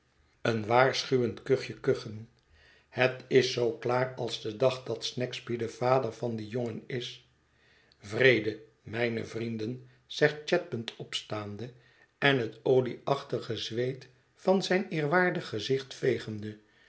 een waarschuwend mijnheer chadband's toespraak kuchje kuchen het is zoo klaar als de dag dat snagsby de vader van dien jongen is vrede mijne vrienden zegt chadband opstaande en het olieachtige zweet van zijn eerwaardig gezicht vegende